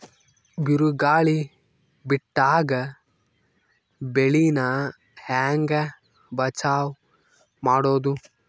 ಬಿರುಗಾಳಿ ಬಿಟ್ಟಾಗ ಬೆಳಿ ನಾ ಹೆಂಗ ಬಚಾವ್ ಮಾಡೊದು?